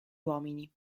uomini